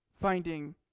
finding